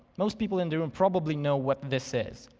most people in the room probably know what this is.